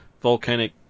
volcanic